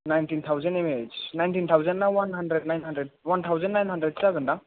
nineteen thousand M S nineteen थावजेना one hundred nine hundred one thousand nine hundred सो जागोन दां